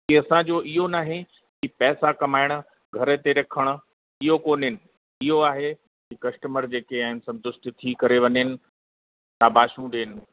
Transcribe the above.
इहे असांजो इहो न आहे की पैसा कमाइण घर हिते रखण इहो कोन्हनि इहो आहे की कस्टमर जेके आहिनि संतुष्ट थी करे वञनि शाबाशू ॾियनि